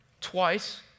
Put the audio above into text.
twice